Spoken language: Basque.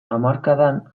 hamarkadan